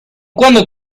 cuando